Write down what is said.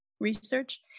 research